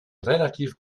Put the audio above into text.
relativ